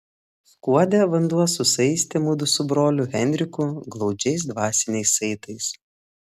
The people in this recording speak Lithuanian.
skuode vanduo susaistė mudu su broliu henriku glaudžiais dvasiniais saitais